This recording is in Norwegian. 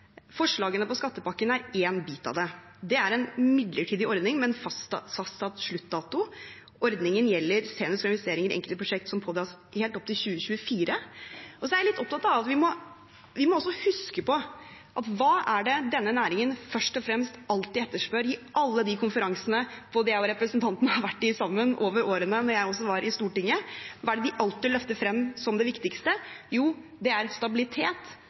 Forslagene til skattepakken er én bit av det. Det er en midlertidig ordning med en fastsatt sluttdato. Ordningen gjelder investeringer i enkelte prosjekter som pådras helt opp til 2024. Jeg er også litt opptatt av at vi må huske på hva denne næringen først og fremst alltid etterspør – på alle de konferansene jeg og representanten har vært på sammen i årene da jeg også var på Stortinget. Hva er det de alltid løfter frem som det viktigste? Jo, det er stabilitet